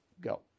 Go